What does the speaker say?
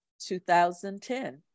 2010